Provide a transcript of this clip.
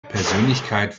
persönlichkeit